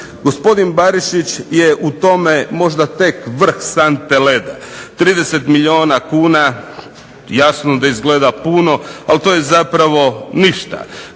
Gospodin Barišić je u tome možda tek vrh sante leda. 30 milijuna kuna jasno da izgleda puno, ali to je zapravo ništa.